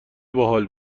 باحال